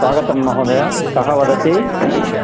स्वागतं महोदयः कः वदति